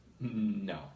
no